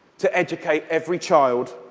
to educate every child